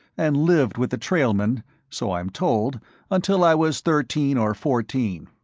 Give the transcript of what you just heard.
and lived with the trailmen so i'm told until i was thirteen or fourteen.